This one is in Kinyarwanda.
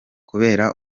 kubera